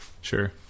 Sure